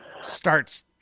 starts